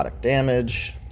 damage